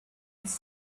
was